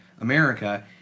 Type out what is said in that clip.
America